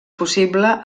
possible